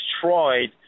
destroyed